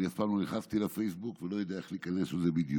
אני אף פעם לא נכנסתי לפייסבוק ואני לא יודע איך להיכנס לזה בדיוק.